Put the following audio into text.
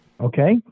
Okay